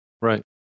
Right